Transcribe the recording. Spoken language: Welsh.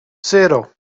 sero